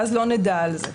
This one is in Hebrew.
ואז לא נדע על זה.